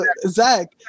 zach